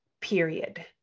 period